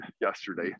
yesterday